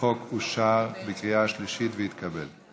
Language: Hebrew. החוק אושר בקריאה שלישית והתקבל.